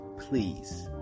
please